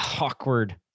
awkward